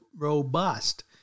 robust